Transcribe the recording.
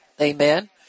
Amen